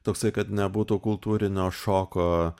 toksai kad nebūtų kultūrinio šoko